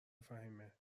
فهیمهمگه